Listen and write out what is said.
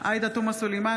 בהצבעה עאידה תומא סלימאן,